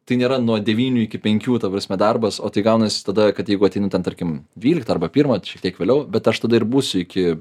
tai nėra nuo devynių iki penkių ta prasme darbas o tai gaunasi tada kad jeigu ateini ten tarkim dvyliktą arba pirmą šiek tiek vėliau bet aš tada ir būsiu iki